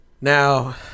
now